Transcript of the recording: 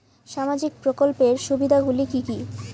সামাজিক প্রকল্পের সুবিধাগুলি কি কি?